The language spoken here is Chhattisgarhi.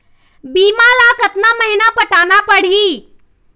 बीमा ला कतका महीना पटाना पड़ही?